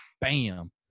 bam